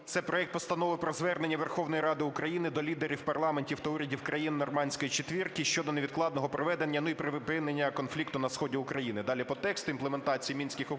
Це проект Постанови про Звернення Верховної Ради України до лідерів парламентів та урядів країн Нормандської четвірки щодо невідкладного проведення… припинення конфлікту на сході України, далі по тексту – імплементації Мінських угод